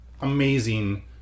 amazing